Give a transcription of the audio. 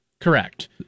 Correct